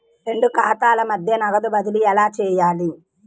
రెండు ఖాతాల మధ్య నగదు బదిలీ ఎలా చేయాలి?